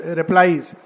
replies